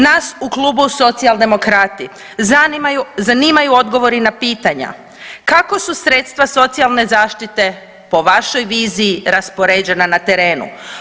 Nas u Klubu socijaldemokrati zanimaju odgovori na pitanja, kako su sredstva socijalne zaštite po vašoj viziji raspoređena na terenu?